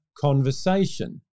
conversation